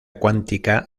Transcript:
cuántica